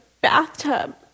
bathtub